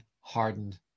hardened